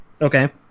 okay